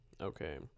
okay